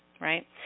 right